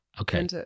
Okay